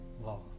wow